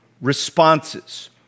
responses